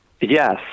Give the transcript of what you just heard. Yes